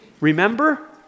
remember